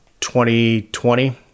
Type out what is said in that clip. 2020